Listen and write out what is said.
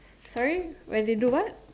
sorry when they do what